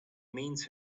mince